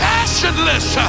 Passionless